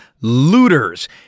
Looters